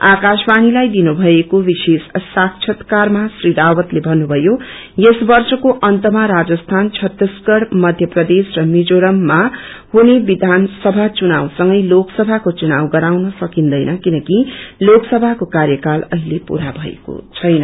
आकाश्वाणीलाई दिनु भएको विशेष साक्षात्कारमा श्री रावतले भन्नुभयो यस वर्षका अन्तमा राजस्थान छत्तीसगढ़ मध्य प्रदेश र मिजोराममा हुने विवानसभा चुनाव संगै लोक सभा चुनाव गराउन सकिन्दैन किनकि लोकसभाको कायकाल अहिले पूरा भएको छैन